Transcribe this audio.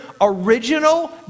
original